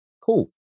cool